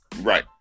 Right